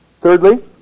thirdly